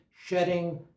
shedding